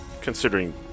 considering